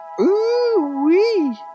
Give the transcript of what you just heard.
Ooh-wee